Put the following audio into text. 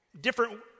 Different